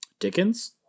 Dickens